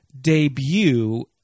debut